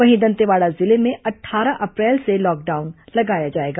वहीं दंतेवाड़ा जिले में अट्ठारह अप्रैल से लॉकडाउन लगाया जाएगा